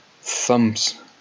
thumbs